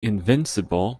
invincible